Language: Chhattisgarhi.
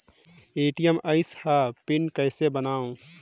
ए.टी.एम आइस ह पिन कइसे बनाओ?